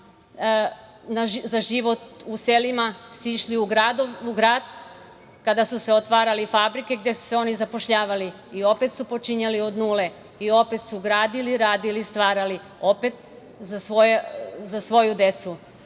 za život u selima sišli u gradove kada su se otvarale fabrike, gde su se oni zapošljavali i opet su počinjali od nule i opet su gradili, radili, stvarali, opet za svoju decu.